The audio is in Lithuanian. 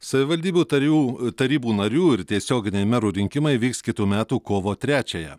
savivaldybių tarybų tarybų narių ir tiesioginiai merų rinkimai vyks kitų metų kovo trečiąją